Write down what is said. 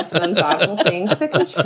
and i think like ah